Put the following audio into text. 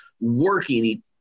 working